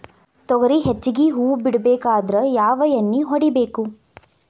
ತೊಗರಿ ಹೆಚ್ಚಿಗಿ ಹೂವ ಬಿಡಬೇಕಾದ್ರ ಯಾವ ಎಣ್ಣಿ ಹೊಡಿಬೇಕು?